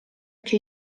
che